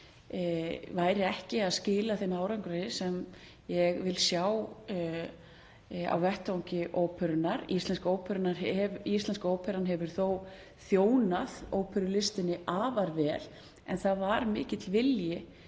væri ekki að skila þeim árangri sem ég vil sjá á vettvangi óperunnar. Íslenska óperan hefur þó þjónað óperulistinni afar vel, en það var mikill vilji